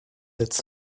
its